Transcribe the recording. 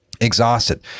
Exhausted